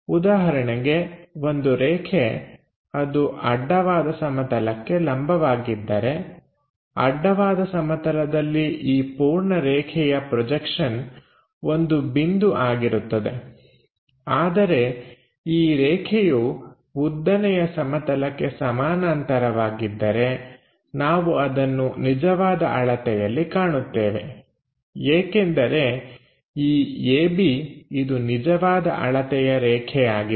ಉದಾಹರಣೆಗೆ ಒಂದು ರೇಖೆ ಅದು ಅಡ್ಡವಾದ ಸಮತಲಕ್ಕೆ ಲಂಬವಾಗಿದ್ದರೆ ಅಡ್ಡವಾದ ಸಮತಲದಲ್ಲಿ ಈ ಪೂರ್ಣ ರೇಖೆಯ ಪ್ರೊಜೆಕ್ಷನ್ ಒಂದು ಬಿಂದು ಆಗಿರುತ್ತದೆ ಆದರೆ ಈ ರೇಖೆಯು ಉದ್ದನೆಯ ಸಮತಲಕ್ಕೆ ಸಮಾನಾಂತರವಾಗಿದ್ದರೆ ನಾವು ಅದನ್ನು ನಿಜವಾದ ಅಳತೆಯಲ್ಲಿ ಕಾಣುತ್ತೇವೆ ಏಕೆಂದರೆ ಈ AB ಇದು ನಿಜವಾದ ಅಳತೆಯ ರೇಖೆ ಆಗಿದೆ